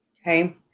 Okay